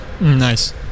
Nice